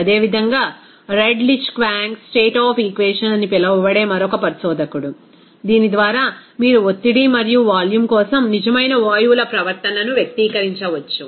అదేవిధంగా Redlich Kwong state of equation అని పిలువబడే మరొక పరిశోధకుడు దీని ద్వారా మీరు ఒత్తిడి మరియు వాల్యూమ్ కోసం నిజమైన వాయువుల ప్రవర్తనను వ్యక్తీకరించవచ్చు